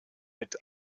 mit